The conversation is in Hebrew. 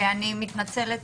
אני מתנצלת